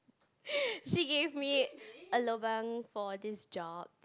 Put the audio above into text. she gave me a lobang for this job